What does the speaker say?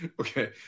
Okay